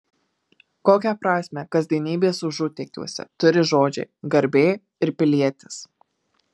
kokią prasmę kasdienybės užutėkiuose turi žodžiai garbė ir pilietis